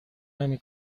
نمی